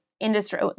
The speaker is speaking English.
industry